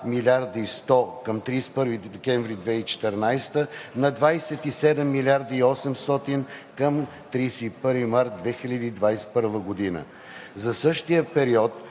За същия период